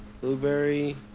Blueberry